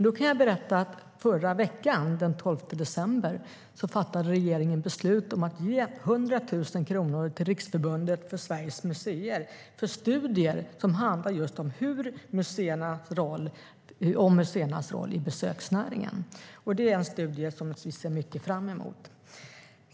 Då kan jag berätta att förra veckan, den 12 december, fattade regeringen beslut om att ge 100 000 kronor till Riksförbundet Sveriges museer för studier som handlar just om museernas roll i besöksnäringen. Det är studier som vi ser mycket fram emot.